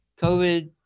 covid